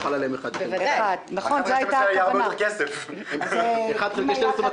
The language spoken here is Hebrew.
חל עליהם אחד חלקי 12. אם היה חל עליהם אחד חלקי 12,